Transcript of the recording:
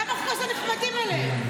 למה אנחנו כל הזמן נחמדים אליהם?